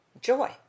Joy